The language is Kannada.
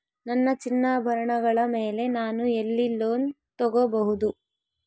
ನನ್ನ ಚಿನ್ನಾಭರಣಗಳ ಮೇಲೆ ನಾನು ಎಲ್ಲಿ ಲೋನ್ ತೊಗೊಬಹುದು?